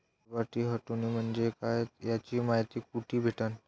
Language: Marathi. लाभार्थी हटोने म्हंजे काय याची मायती कुठी भेटन?